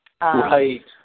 Right